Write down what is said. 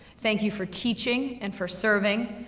thank you for teaching, and for serving.